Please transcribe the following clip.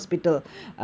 mm